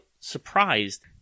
surprised